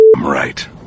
right